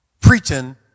preaching